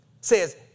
says